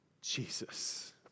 Jesus